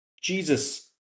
Jesus